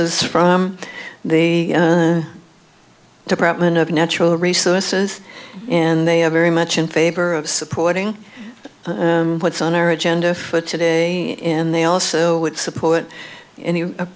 is from the department of natural resources and they are very much in favor of supporting what's on our agenda for today in they also would support any